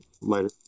Later